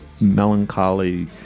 melancholy